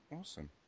Awesome